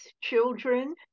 children